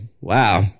wow